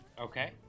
Okay